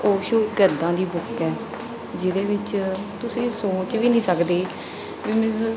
ਓਸ਼ੋ ਇੱਕ ਇੱਦਾਂ ਦੀ ਬੁੱਕ ਹੈ ਜਿਹਦੇ ਵਿੱਚ ਤੁਸੀਂ ਸੋਚ ਵੀ ਨਹੀਂ ਸਕਦੇ ਵੀ ਮੀਨਜ਼